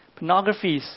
pornographies